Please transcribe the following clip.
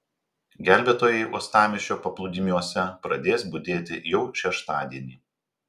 gelbėtojai uostamiesčio paplūdimiuose pradės budėti jau šeštadienį